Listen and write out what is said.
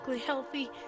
healthy